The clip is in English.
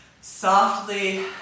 softly